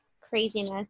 craziness